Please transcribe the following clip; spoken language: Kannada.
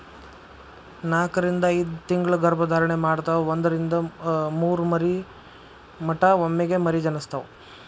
ನಾಕರಿಂದ ಐದತಿಂಗಳ ಗರ್ಭ ಧಾರಣೆ ಮಾಡತಾವ ಒಂದರಿಂದ ಮೂರ ಮರಿ ಮಟಾ ಒಮ್ಮೆಗೆ ಮರಿ ಜನಸ್ತಾವ